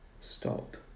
Stop